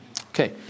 Okay